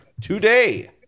today